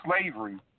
slavery